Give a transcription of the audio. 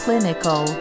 Clinical